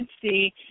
see